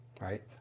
right